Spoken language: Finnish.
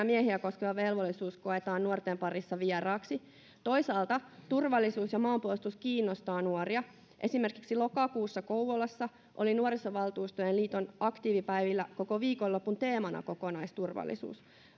miehiä koskeva velvollisuus koetaan nuorten parissa vieraaksi toisaalta turvallisuus ja maanpuolustus kiinnostavat nuoria esimerkiksi lokakuussa kouvolassa oli nuorisovaltuustojen liiton aktiivipäivillä koko viikonlopun teemana kokonaisturvallisuus